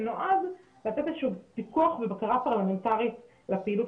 שנועד לתת איזה שהוא פיקוח ובקרה פרלמנטרית לפעילות